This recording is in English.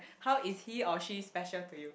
how is he or she special to you